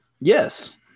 yes